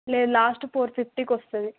లేదు last four ఫిఫ్టీకి వస్తుంది